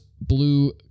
blue